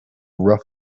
rough